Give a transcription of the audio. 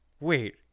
Wait